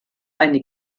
eine